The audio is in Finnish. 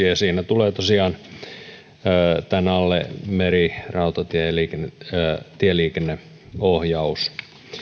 ja ja tosiaan tämän alle tulee meri rautatie ja tieliikenneohjaus